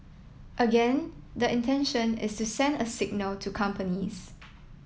again the intention is to send a signal to companies